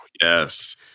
yes